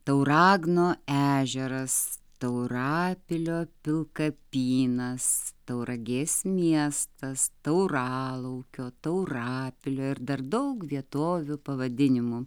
tauragno ežeras taurapilio pilkapynas tauragės miestas tauralaukio taurapilio ir dar daug vietovių pavadinimų